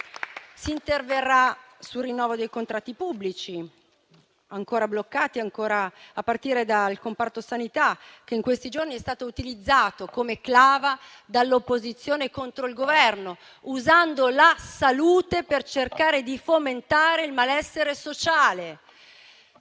Si interverrà sul rinnovo dei contratti pubblici ancora bloccati, a partire dal comparto sanità, che in questi giorni è stato utilizzato come clava dall'opposizione contro il Governo, usando la salute per cercare di fomentare il malessere sociale.